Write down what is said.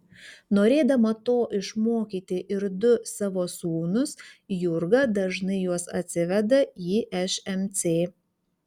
norėdama to išmokyti ir du savo sūnus jurga dažnai juos atsiveda į šmc